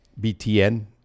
BTN